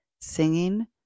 singing